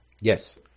Yes